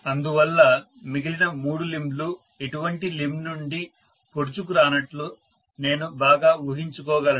అందువల్ల మిగిలిన మూడు లింబ్ లు ఎటువంటి లింబ్ నుండి పొడుచుకు రానట్లు నేను బాగా ఊహించుకోగలను